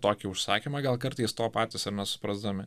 tokį užsakymą gal kartais to patys nesuprasdami